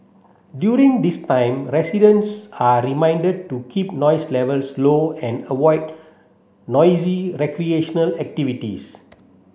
during this time residents are reminded to keep noise levels low and avoid noisy recreational activities